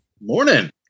Morning